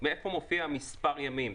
איפה מופיע מספר הימים?